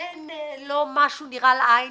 שאין לא משהו נראה לעין